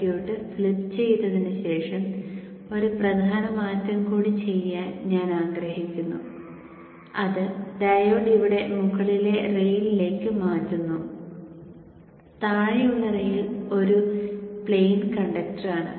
circuit flip ചെയ്തതിന് ശേഷം ഒരു പ്രധാന മാറ്റം കൂടി ചെയ്യാൻ ഞാൻ ആഗ്രഹിക്കുന്നു അത് ഡയോഡ് ഇവിടെ മുകളിലെ റെയിലിലേക്ക് മാറ്റുന്നു താഴെയുള്ള റെയിൽ ഒരു പ്ലെയിൻ കണ്ടക്ടറാണ്